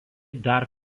dar